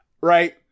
Right